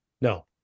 no